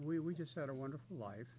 we we just had a wonderful life